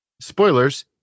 Spoilers